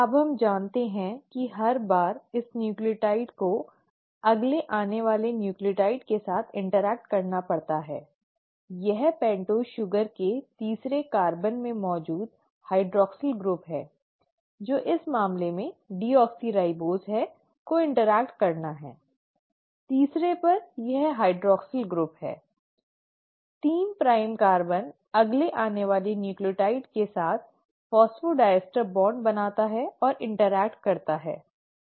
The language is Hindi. अब हम जानते हैं कि हर बार इस न्यूक्लियोटाइड को अगले आने वाले न्यूक्लियोटाइड के साथ इंटरेक्ट करना पड़ता है यह पेन्टोस शुगर के तीसरे कार्बन में मौजूद हाइड्रॉक्सिल समूह है जो इस मामले में डीऑक्सीराइबोज़ है को इंटरेक्ट करना है तीसरे पर यह हाइड्रॉक्सिल समूह है 3 प्राइम कार्बन अगले आने वाले न्यूक्लियोटाइड के साथ फॉस्फोडाइस्टर बॉन्ड बनाता है और इंटरेक्ट करता है